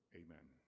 amen